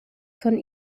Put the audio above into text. von